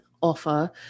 offer